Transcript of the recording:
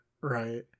right